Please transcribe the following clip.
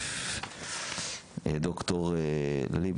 ד"ר לליב